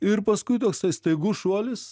ir paskui toksai staigus šuolis